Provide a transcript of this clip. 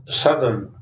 southern